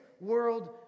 world